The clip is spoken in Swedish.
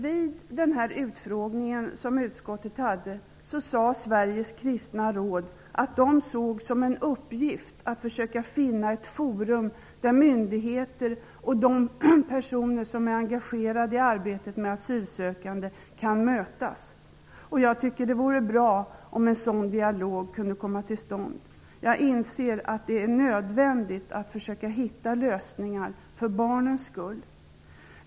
Vid den utfrågning som utskottet hade sade nämligen Sveriges kristna råd att man såg det som en uppgift att försöka finna ett forum där myndigheter och de personer som är engagerade i arbetet med asylsökande kan mötas. Jag tycker att det vore bra om en sådan dialog kunde komma till stånd. Jag inser att det är nödvändigt att försöka hitta lösningar för barnens skull.